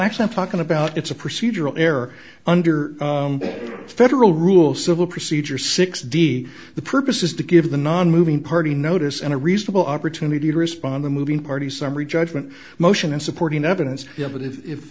actually i'm talking about it's a procedural error under federal rule civil procedure six d the purpose is to give the nonmoving party notice and a reasonable opportunity to respond the moving party summary judgment motion and supporting evidence